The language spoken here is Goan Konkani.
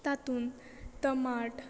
तातूंत टमाट